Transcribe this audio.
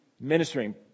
ministering